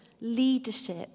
leadership